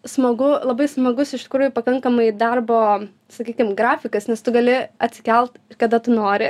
smagu labai smagus iš tikrųjų pakankamai darbo sakykim grafikas nes tu gali atsikelt kada tu nori